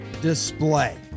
display